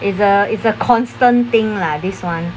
is a is a constant thing lah this one